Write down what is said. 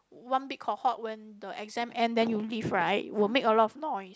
one big cohort when the exam end then you leave right will make a lot of noise